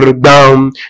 down